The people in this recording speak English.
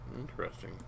Interesting